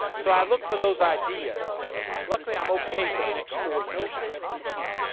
so i look for those ideas. and luckily i'm okay for the next four years in ideas.